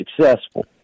successful